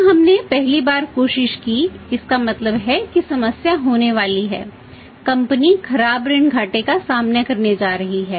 जब हमने पहली बार कोशिश की इसका मतलब है कि समस्या होने वाली है कंपनी खराब ऋण घाटे का सामना करने जा रही है